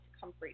comfort